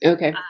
Okay